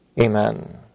Amen